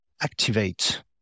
activate